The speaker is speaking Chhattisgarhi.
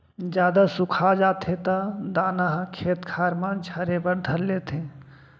जादा सुखा जाथे त दाना ह खेत खार म झरे बर धर लेथे